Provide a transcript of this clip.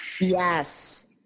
Yes